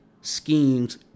schemes